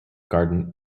garden